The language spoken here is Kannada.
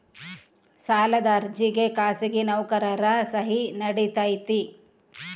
ಸಾಲದ ಅರ್ಜಿಗೆ ಖಾಸಗಿ ನೌಕರರ ಸಹಿ ನಡಿತೈತಿ?